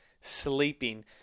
sleeping